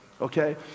Okay